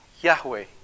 Yahweh